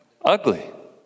Ugly